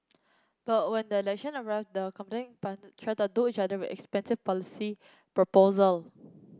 but when the election arrived the competing tried to each other with expensive policy proposal